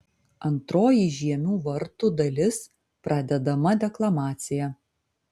antroji žiemių vartų dalis pradedama deklamacija